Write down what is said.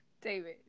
David